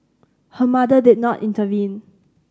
her mother did not intervene